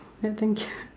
ya thank you